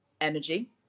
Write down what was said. energy